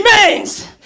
remains